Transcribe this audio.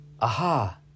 Aha